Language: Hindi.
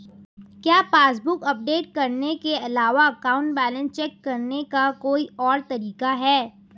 क्या पासबुक अपडेट करने के अलावा अकाउंट बैलेंस चेक करने का कोई और तरीका है?